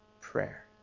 prayer